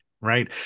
right